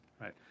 right